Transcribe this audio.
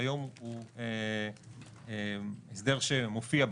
וכיום הוא הסדר שמופיע בחוק,